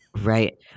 Right